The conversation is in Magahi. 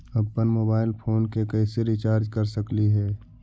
अप्पन मोबाईल फोन के कैसे रिचार्ज कर सकली हे?